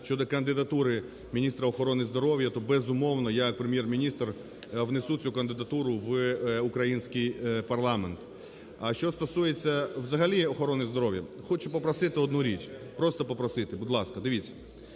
щодо кандидатури міністра охорони здоров'я, то, безумовно, я як Прем'єр-міністр внесу цю кандидатуру в український парламент. А що стосується взагалі охорони здоров'я, хочу попросити одну річ. Просто попросити, будь ласка, дивіться,